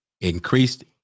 increased